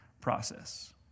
process